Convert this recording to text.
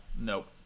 Nope